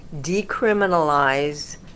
decriminalize